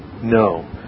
No